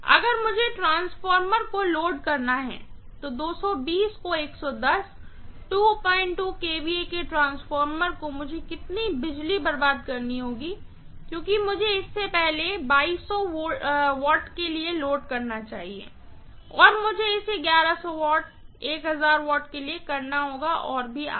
अगर मुझे ट्रांसफार्मर को लोड करना है तो 220 को 110 22 kVA के ट्रांसफार्मर को मुझे कितनी बिजली बर्बाद करनी होगी क्योंकि मुझे इसे पहले 2200 W के लिए लोड करना चाहिए फिर मुझे इसे 1100 W 1000 W के लिए करना होगा और आगे